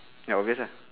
ya obvious ah